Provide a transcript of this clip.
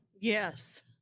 yes